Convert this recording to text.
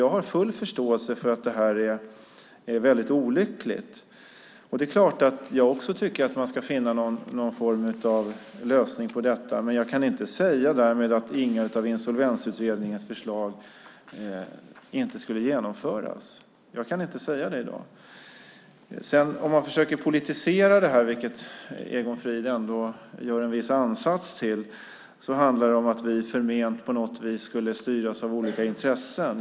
Jag har full förståelse för att det hela är väldigt olyckligt. Det är klart att jag också tycker att man ska finna någon form av lösning på detta, men jag kan inte därmed säga att inga av Insolvensutredningens förslag ska genomföras. Jag kan inte säga det i dag. Om man försöker politisera detta, vilket Egon Frid ändå gör en viss ansats till, handlar det om att vi förment skulle styras av olika intressen.